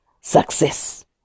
success